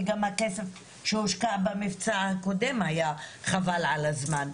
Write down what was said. וגם הכסף שהושקע במבצע הקודם היה חבל על הזמן.